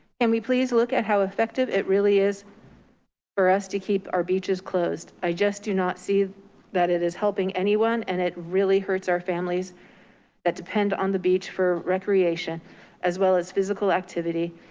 and we please look at how effective it really is for us to keep our beaches closed? i just do not see that it is helping anyone and it really hurts our families that depend on the beach for recreation as well as physical activity,